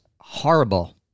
horrible